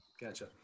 Gotcha